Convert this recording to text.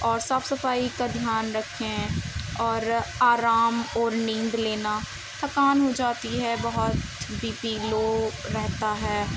اور صاف صفائی کا دھیان رکھیں اور آرام اور نیند لینا تھکان ہو جاتی ہے بہت بی پی لو رہتا ہے